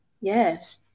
Yes